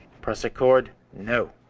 prusik cord, no.